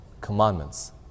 Commandments